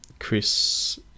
Chris